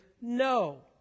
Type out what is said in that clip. no